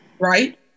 right